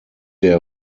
der